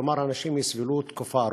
כלומר, אנשים יסבלו תקופה ארוכה.